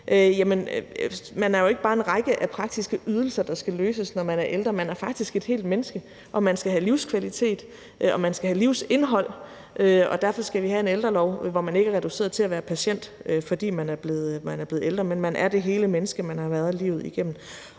man jo ikke bare er en række af praktiske ydelser, der skal løses, når man er ældre. Man er faktisk et helt menneske, og man skal have livskvalitet, og man skal have livsindhold, og derfor skal vi have en ældrelov, hvor man ikke er reduceret til at være patient, fordi man er blevet ældre, men at man er det hele menneske, man har været livet igennem.